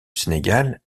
sénégal